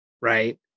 Right